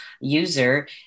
user